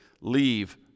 leave